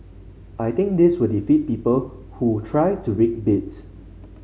I think this will defeat people who try to rig bids